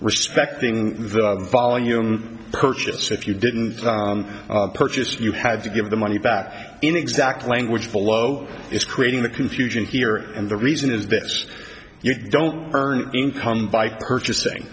respecting the volume purchase if you didn't purchase you had to give the money back in exact language below is creating the confusion here and the reason is this you don't earn income vike purchasing